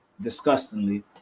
disgustingly